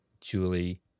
Julie